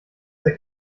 der